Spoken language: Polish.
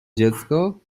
dziecko